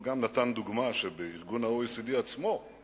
והוא גם נתן דוגמה שב-OECD עצמו יש